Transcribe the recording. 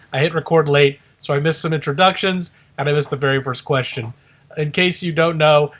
i hit record late so i missed some introductions and i missed the very first question. in case you don't know,